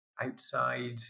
outside